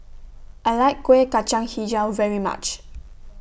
I like Kuih Kacang Hijau very much